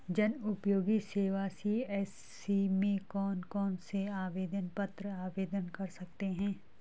जनउपयोगी सेवा सी.एस.सी में कौन कौनसे आवेदन पत्र आवेदन कर सकते हैं?